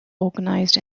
organised